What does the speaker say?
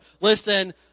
Listen